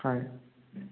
হয়